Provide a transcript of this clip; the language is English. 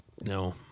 No